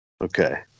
Okay